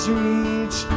reach